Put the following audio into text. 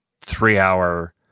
three-hour –